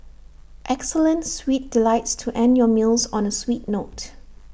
excellent sweet delights to end your meals on A sweet note